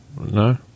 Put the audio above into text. no